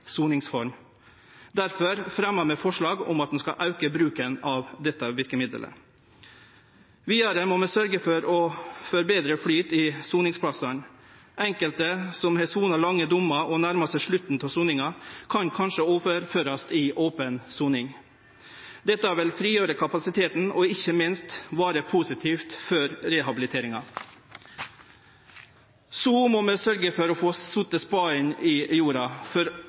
soningsform. Derfor fremjar vi forslag om at ein skal auke bruken av dette verkemiddelet. Vidare må vi sørgje for å få betre flyt i soningsplassane. Enkelte som har sona lange dommar, og nærmar seg slutten av soninga, kan kanskje overførast til open soning. Dette vil frigjere kapasiteten og ikkje minst vere positivt før rehabiliteringa. Så må vi sørgje for å setje spaden i jorda for